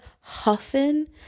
huffing